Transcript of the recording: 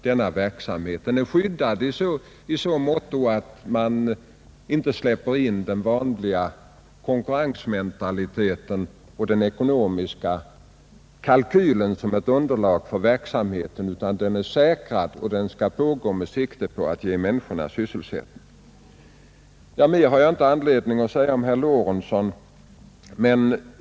Sysselsättningen är säkrad i så måtto att man inte släpper in den vanliga konkurrensmentaliteten och den stränga ekonomiska kalkylen som ett underlag för verksamheten, utan den skall pågå med sikte på att ge människorna sysselsättning. Mer har jag inte att säga med anledning av herr Lorentzons anförande.